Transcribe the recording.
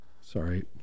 Sorry